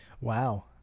Wow